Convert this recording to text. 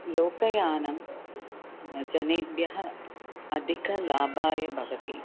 लोकयानं जनेभ्यः अधिकलाभाय भवति